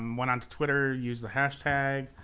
went onto twitter, used the hashtag,